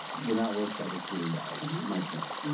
when that works, that works really well is my sense.